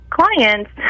clients